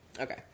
Okay